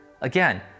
Again